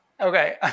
Okay